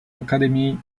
académie